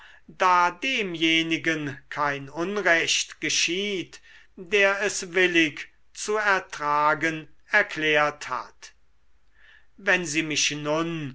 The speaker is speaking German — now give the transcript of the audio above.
da demjenigen kein unrecht geschieht der es willig zu ertragen erklärt hat wenn sie mich nun